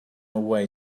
away